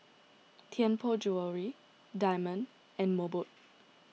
Tianpo Jewellery Diamond and Mobot